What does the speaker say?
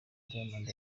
diamond